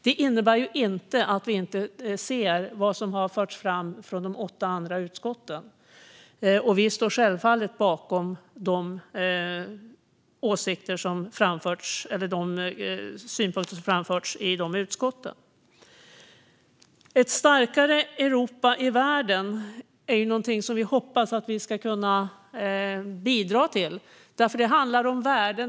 Det innebär inte att vi inte ser vad som har förts fram från de åtta andra utskotten. Vi står självfallet bakom de synpunkter som framförts i de utskotten. Ett starkare Europa i världen är någonting som vi hoppas att vi ska kunna bidra till, för det handlar om värden.